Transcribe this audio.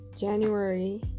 January